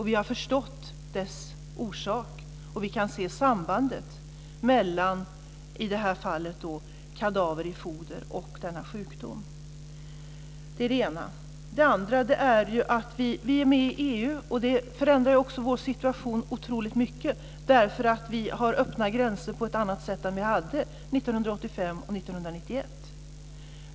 Vi har förstått dess orsak, och vi kan se sambandet mellan i det här fallet kadaver i foder och denna sjukdom. Det är det ena. Det andra är att vi är med i EU, och det förändrar också vår situation otroligt mycket. Vi har öppna gränser på ett annat sätt än vi hade 1985 och 1991.